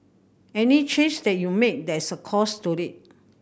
any change that you make there is a cost to it